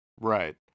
Right